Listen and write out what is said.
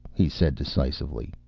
he said decisively.